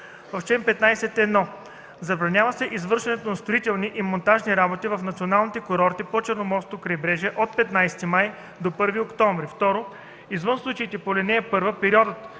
„Чл. 15. (1) Забранява се извършването на строителни и монтажни работи в националните курорти по Черноморското крайбрежие от 15 май до 1 октомври. (2) Извън случаите по ал. 1 периодът